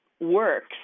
works